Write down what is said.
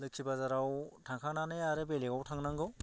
लोखि बाजाराव थांखांनानै आरो बेलेगाव थांनांगौ